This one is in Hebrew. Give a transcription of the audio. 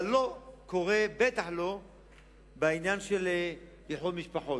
אבל לא קורה, בטח לא בעניין של איחוד משפחות.